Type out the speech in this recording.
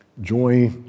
joy